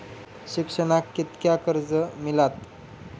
शिक्षणाक कीतक्या कर्ज मिलात?